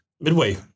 Midway